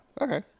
okay